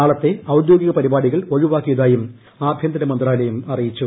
നാളത്തെ ഔദ്യോഗിക പരിപാടികൾ ഒഴിവാക്കിയതായും ആഭ്യന്തര മന്ത്രാലയം അറിയിച്ചു